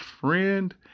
friend